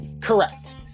Correct